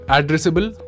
Addressable